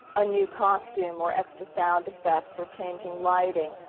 a new costume or extra sound effects or changing lighting.